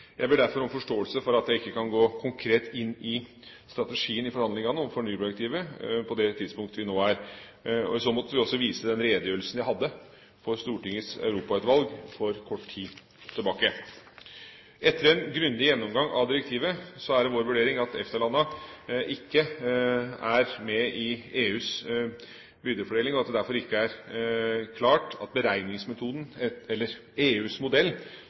Jeg ber derfor om forståelse for at jeg ikke kan gå konkret inn i strategien i forhandlingene om fornybardirektivet på det tidspunktet vi nå er. I så måte vil jeg også vise til den redegjørelsen jeg hadde for Europautvalget i Stortinget for kort tid tilbake. Etter en grundig gjennomgang av direktivet er det vår vurdering at EFTA-landene ikke er med i EUs byrdefordeling, og at det derfor ikke er klart at beregningsmetoden, eller EUs modell,